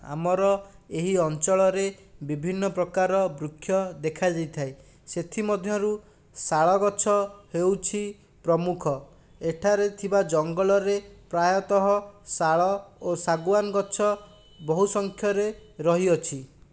ଆମର ଏହି ଅଞ୍ଚଳରେ ବିଭିନ୍ନ ପ୍ରକାର ବୃକ୍ଷ ଦେଖାଯାଇଥାଏ ସେଥିମଧ୍ୟରୁ ଶାଳଗଛ ହେଉଛି ପ୍ରମୁଖ ଏଠାରେ ଥିବା ଜଙ୍ଗଲରେ ପ୍ରାୟତଃ ଶାଳ ଓ ଶାଗୁଆନ ଗଛ ବହୁ ସଂଖ୍ୟାରେ ରହିଅଛି